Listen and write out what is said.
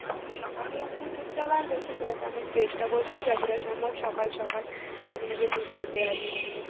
কালকে সকালেই আপনার দুধটা লাগবে ঠিক আছে আমি চেষ্টা করছি যতটা সম্ভব সকাল সকাল আপনাকে দুধটা দেওয়ার জন্য